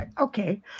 okay